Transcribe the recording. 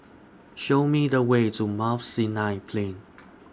Show Me The Way to Mount Sinai Plain